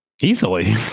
Easily